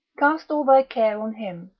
cast all thy care on him,